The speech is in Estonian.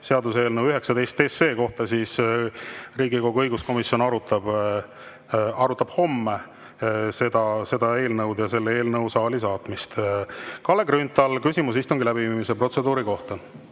seaduseelnõu 19 kohta, siis Riigikogu õiguskomisjon arutab homme seda eelnõu ja selle eelnõu saali saatmist. Kalle Grünthal, küsimus istungi läbiviimise protseduuri kohta.